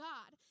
God